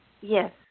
Yes